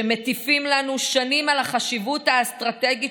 שמטיפים לנו שנים על החשיבות האסטרטגית